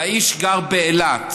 והאיש גר באילת,